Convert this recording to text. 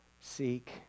seek